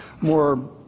more